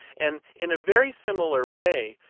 and in a very similar way,